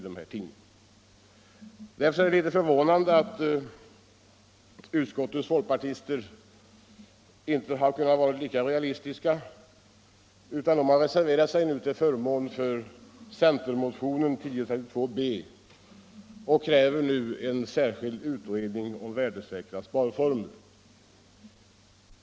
Det är således förvånande att utskottets folkpartister inte har kunnat vara lika realistiska utan har reserverat sig till förmån för centermotionen 1032 mom. b och krävt en särskild utredning om värdesäkra sparformer.